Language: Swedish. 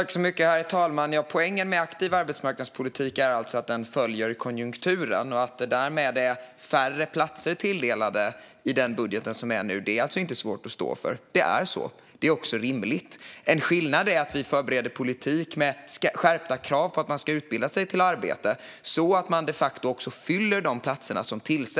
Herr talman! Poängen med en aktiv arbetsmarknadspolitik är att den följer konjunkturen, och att det därmed är färre platser planerade i den nuvarande budgeten är alltså inte svårt att stå för. Det är så. Det är också rimligt. En skillnad är att vi moderater förbereder politik med skärpta krav på att man ska utbilda sig till arbete och de facto fyller de platser som skapas.